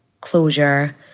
closure